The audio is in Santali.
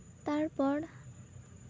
ᱛᱟᱨᱯᱚᱨ